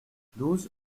douze